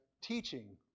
teaching